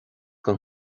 den